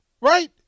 Right